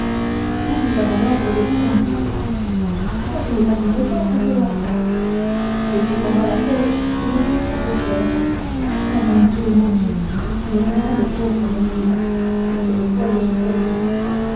où nous avons l'ordre de vous conduire mais ce n'est pas une réponse cela c'est cependant la seule que nous puissions vous faire ah mon dieu mon dieu murmura le pauvre mercier pour cette fois je suis perdu